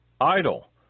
idle